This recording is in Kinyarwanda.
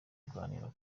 kuganira